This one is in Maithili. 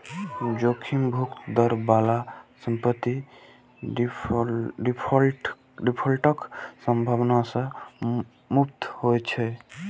जोखिम मुक्त दर बला संपत्ति डिफॉल्टक संभावना सं मुक्त होइ छै